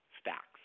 stacks